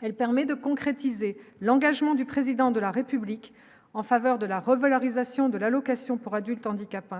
elle permet de concrétiser l'engagement du président de la République en faveur de la revalorisation de l'allocation pour adulte handicapé,